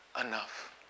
enough